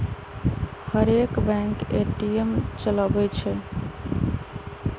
हरेक bank ATM चलबइ छइ